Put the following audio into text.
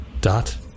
Dot